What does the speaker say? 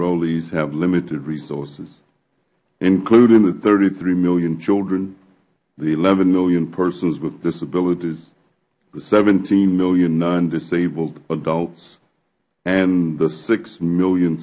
enrollees have limited resources including the thirty three million children the eleven million persons with disabilities the seventeen million non disabled adults and the six million